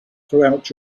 throughout